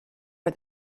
for